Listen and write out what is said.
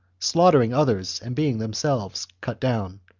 slaughtering others and being themselves cut down.